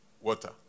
water